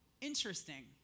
Interesting